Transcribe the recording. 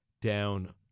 down